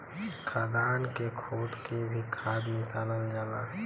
खदान से खोद के भी खाद निकालल जाला